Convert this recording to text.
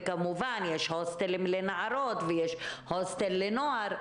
וכמובן יש הוסטלים לנערות ויש הוסטל לנוער,